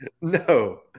No